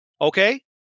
Okay